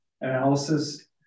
analysis